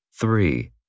Three